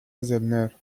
زلنر